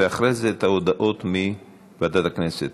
ואחרי זה ההודעות מוועדת הכנסת.